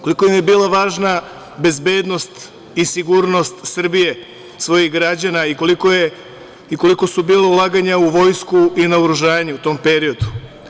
Koliko im je bilo važna bezbednost i sigurnost Srbije, svojih građana i kolika su bila ulaganja u vojsku i naoružanje u tom periodu?